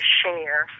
share